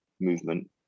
movement